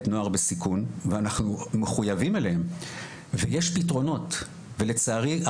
נוער בסיכון ואנחנו מחויבים אליהם ויש פתרונות ולצערי,